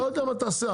לא יודע מה תעשה.